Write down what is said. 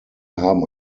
haben